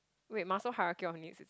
wait Maslow's hierarchy of needs